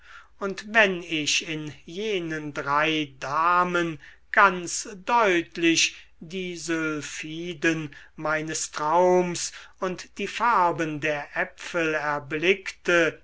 und wenn ich in jenen drei damen ganz deutlich die sylphiden meines traums und die farben der äpfel erblickte